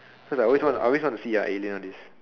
cause I always wanna I always wanna see ah aliens all this